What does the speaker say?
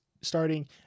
starting